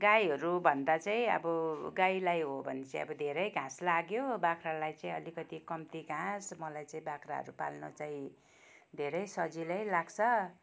गाईहरू भन्दा चाहिँ अब गाईलाई हो भने चाहिँ अब धेरै घाँस लाग्यो हो बाख्रालाई चाहिँ अलिकति कम्ती घाँस मलाई चाहिँ बाख्राहरू पाल्नु चाहिँ धेरै सजिलै लाग्छ